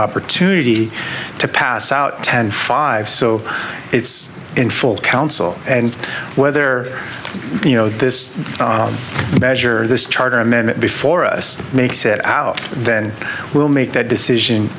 opportunity to pass out ten five so it's in full council and whether you know this measure this charter amendment before us makes it out then we'll make that decision